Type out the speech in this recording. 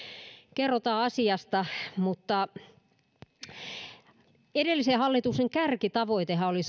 kerrotaan asiasta edellisen hallituksen kärkitavoitehan oli